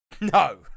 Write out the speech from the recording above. No